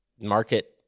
market